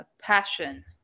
passion